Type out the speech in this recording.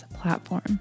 platform